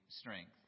strength